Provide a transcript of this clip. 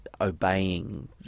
obeying